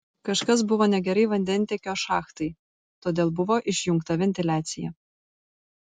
kažkas buvo negerai vandentiekio šachtai todėl buvo išjungta ventiliacija